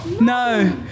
No